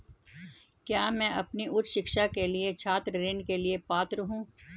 क्या मैं अपनी उच्च शिक्षा के लिए छात्र ऋण के लिए पात्र हूँ?